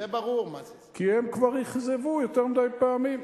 כי הם כבר אכזבו יותר מדי פעמים.